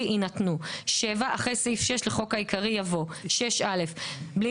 יינתנו"; (7)אחרי סעיף 6 לחוק העיקרי יבוא: "הערכת